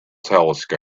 telescope